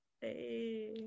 hey